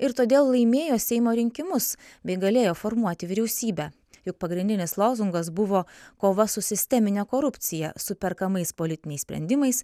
ir todėl laimėjo seimo rinkimus bei galėjo formuoti vyriausybę juk pagrindinis lozungas buvo kova su sistemine korupcija su perkamais politiniais sprendimais